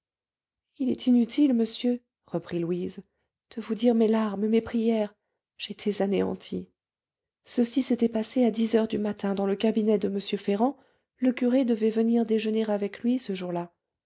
il est inutile monsieur reprit louise de vous dire mes larmes mes prières j'étais anéantie ceci s'était passé à dix heures du matin dans le cabinet de m ferrand le curé devait venir déjeuner avec lui ce jour-là